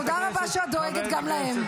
תודה רבה שאת דואגת גם להם.